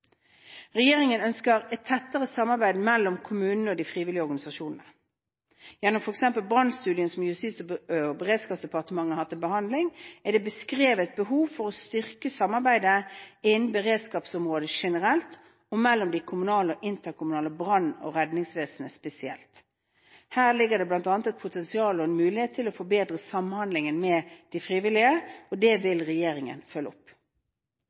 Regjeringen ønsker et tettere samarbeid mellom kommunene og de frivillige organisasjonene. Gjennom f.eks. brannstudien som Justis- og beredskapsdepartementet har til behandling, er det beskrevet behov for å styrke samarbeidet på beredskapsområdet generelt og mellom de kommunale og interkommunale brann- og redningsvesen spesielt. Her ligger det bl.a. et potensial og en mulighet til å forbedre samhandlingen med de frivillige, og det vil regjeringen følge opp.